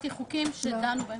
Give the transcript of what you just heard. מצאתי חוקים שדנו.